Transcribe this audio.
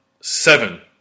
seven